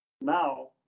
now